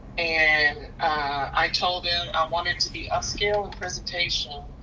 and i told him i want it to be up-scaled presentation,